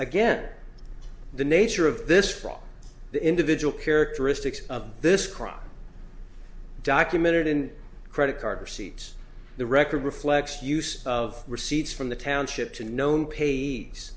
again the nature of this fraud the individual characteristics of this crime documented in credit card receipts the record reflects use of receipts from the township to known pa